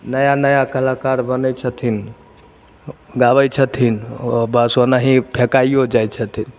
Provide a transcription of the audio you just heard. नया नया कलाकार बनै छथिन गाबै छथिन ओहो बस ओनाही फेकाइयो जाइ छथिन